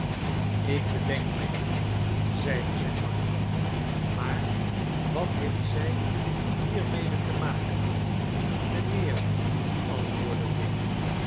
ik bedenk mij nu zeide zijn makker maar wat heeft zij hiermede te maken mynheer antwoordde dick